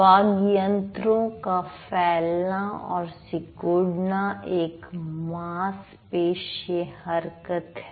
वाग्यंत्रों का फैलना और सिकुड़ना एक मांसपेशीय हरकत है